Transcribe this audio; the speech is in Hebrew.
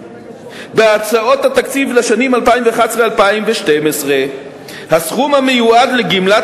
בהצעות התקציב לשנים 2011 2012 הסכום המיועד לגמלת